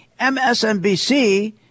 MSNBC